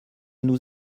nous